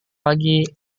pagi